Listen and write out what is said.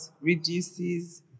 reduces